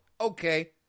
okay